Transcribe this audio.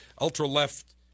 ultra-left